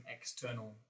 external